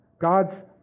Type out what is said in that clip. God's